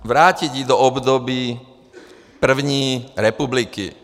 Vrátit ji do období první republiky.